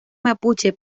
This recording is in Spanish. mapuche